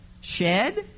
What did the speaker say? shed